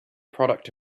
product